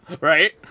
right